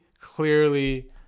clearly